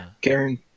Karen